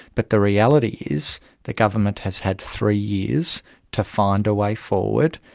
but the reality is the government has had three years to find a way forward.